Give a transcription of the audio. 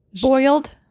Boiled